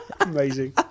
Amazing